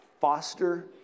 Foster